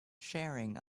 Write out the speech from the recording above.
sharing